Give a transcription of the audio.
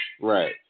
Right